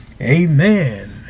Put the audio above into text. Amen